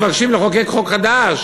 אנחנו מבקשים לחוקק חוק חדש?